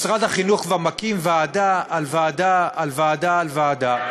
משרד החינוך כבר מקים ועדה על ועדה על ועדה על ועדה,